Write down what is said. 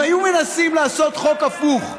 אם היו מנסים לעשות חוק הפוך,